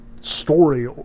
story